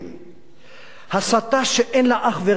הסתה שאין לה אח ורע מאז קום המדינה,